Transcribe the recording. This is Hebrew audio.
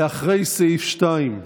אחרי סעיף 2,